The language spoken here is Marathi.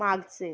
मागचे